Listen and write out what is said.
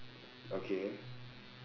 okay